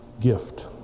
gift